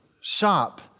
shop